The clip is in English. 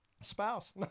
spouse